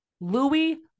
Louis